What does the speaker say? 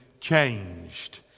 changed